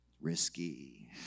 risky